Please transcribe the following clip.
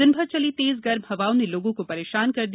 दिनभर चली तम गर्म हवाओं न लोगों को परष्ठाान कर दिया